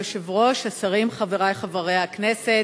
היושב-ראש, השרים, חברי חברי הכנסת,